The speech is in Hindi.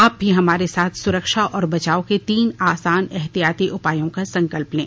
आप भी हमारे साथ सुरक्षा और बचाव के तीन आसान एहतियाती उपायों का संकल्प लें